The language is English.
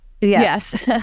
yes